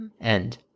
And-